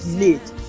need